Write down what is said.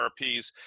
therapies